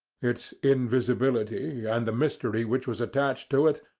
its invisibility, and the mystery which was attached to it,